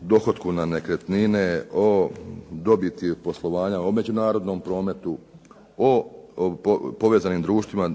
dohotku na nekretnine, o dobiti od poslovanja, o međunarodnom prometu, o povezanim društvima,